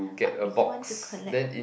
but would you want to collect